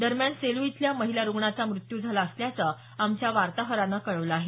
दरम्यान सेलू इथल्या महिला रुग्णाचा मृत्यू झाला असल्याचं आमच्या वार्ताहरानं कळवलं आहे